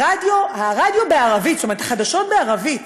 הרדיו בערבית, החדשות בערבית,